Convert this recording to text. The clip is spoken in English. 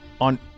on